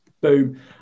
Boom